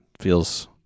Feels